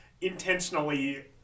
intentionally